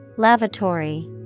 Lavatory